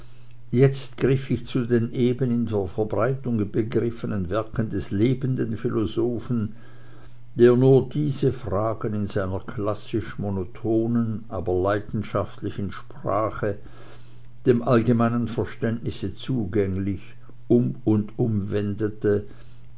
jetzt griff ich zu den eben in der verbreitung begriffenen werken des lebenden philosophen der nur diese fragen in seiner klassisch monotonen aber leidenschaftlichen sprache dem allgemeinen verständnisse zugänglich um und um